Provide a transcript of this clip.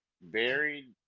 buried